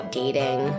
dating